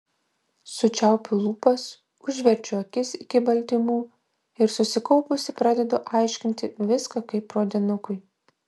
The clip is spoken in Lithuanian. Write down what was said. sučiaupiu lūpas užverčiu akis iki baltymų ir susikaupusi pradedu aiškinti viską kaip pradinukui